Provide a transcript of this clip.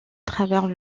travers